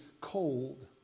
cold